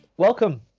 Welcome